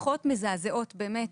שיחות מזעזעות, באמת.